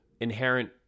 inherent